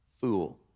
fool